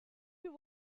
you